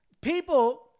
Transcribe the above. people